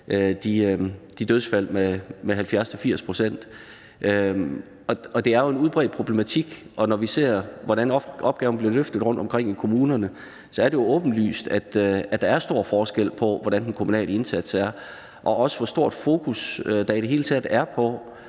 de dødsfald med 70-80 pct. Det er jo en udbredt problematik, og når vi ser, hvordan opgaven bliver løftet rundtomkring i kommunerne, er det jo åbenlyst, at der er stor forskel på, hvordan den kommunale indsats er, og også hvor stort et fokus der i det hele taget er på,